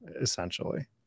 essentially